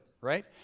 right